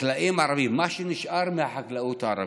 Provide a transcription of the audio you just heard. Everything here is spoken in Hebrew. חקלאים ערבים, מה שנשאר מהחקלאות הערבית,